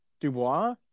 Dubois